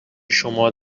شما